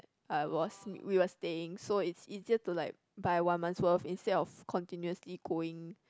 I was we were staying so is easier to like buy one month worth instead of continuously going